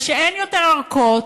זה שאין יותר ארכות,